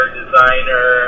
designer